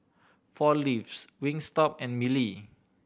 Four Leaves Wingstop and Mili